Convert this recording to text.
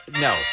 No